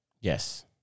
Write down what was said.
Yes